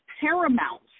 paramount